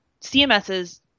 CMSs